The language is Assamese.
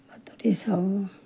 বাতৰি চাওঁ